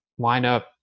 lineup